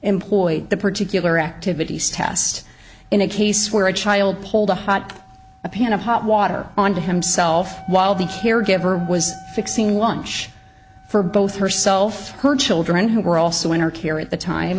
employed the particular activities tast in a case where a child pulled a hot cup a pan of hot water onto himself while the caregiver was fixing lunch for both herself her children who were also in her care at the time